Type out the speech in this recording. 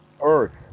Earth